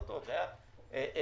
מעניין אותי לדעת